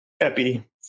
epi